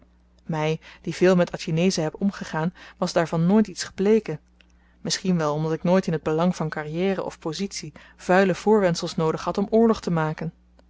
my die veel met atjinezen heb omgegaan was daarvan nooit iets gebleken misschien wel omdat ik nooit in t belang van carrière of pozitie vuile voorwendsels noodig had om oorlog te maken